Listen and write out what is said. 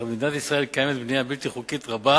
במדינת ישראל קיימת בנייה בלתי חוקית רבה